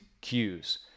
cues